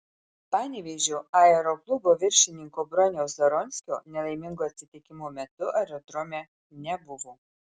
panevėžio aeroklubo viršininko broniaus zaronskio nelaimingo atsitikimo metu aerodrome nebuvo